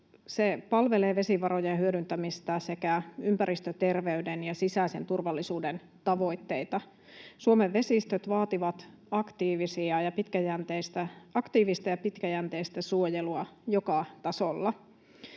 palvelee vesivarojen hyödyntämistä sekä ympäristöterveyden ja sisäisen turvallisuuden tavoitteita. Suomen vesistöt vaativat aktiivista ja pitkäjänteistä suojelua joka tasolla.